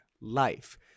life